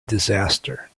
disaster